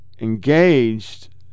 engaged